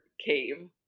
cave